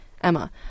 Emma